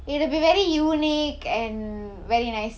it will be very unique and very nice